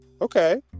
okay